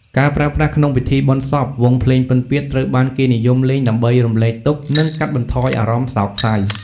ការប្រើប្រាស់ក្នុងពិធីបុណ្យសព វង់ភ្លេងពិណពាទ្យត្រូវបានគេនិយមលេងដើម្បីរំលែកទុក្ខ និងកាត់បន្ថយអារម្មណ៍សោកសៅ។